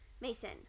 Mason